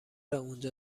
اونجا